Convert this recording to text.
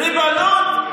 ריבונות?